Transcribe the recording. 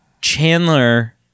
Chandler